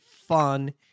fun